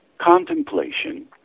Contemplation